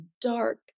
dark